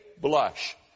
blush